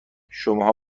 شماها